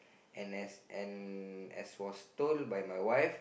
and as and as was told by my wife